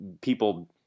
people